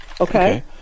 Okay